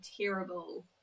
terrible